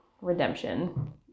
redemption